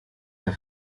the